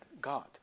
God